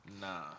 nah